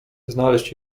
znaleźć